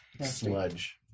sludge